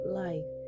life